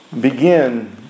begin